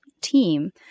team